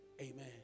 Amen